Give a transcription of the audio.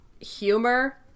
humor